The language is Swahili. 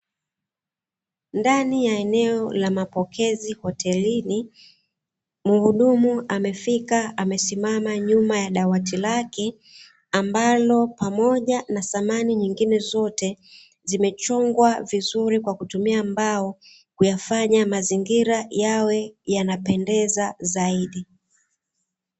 Ndani ya eneo ka mapokezi hotelini, mhudumu amefika amesimama nyuma ya dawati lake, ambalo pamoja na samani nyingine zote, zimechongwa vizuri kwa kutumia mbao kuyafanya mazingira yawe yanapendeza zaidi.